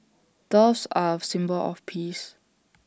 doves are A symbol of peace